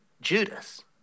Judas